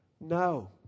No